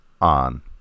on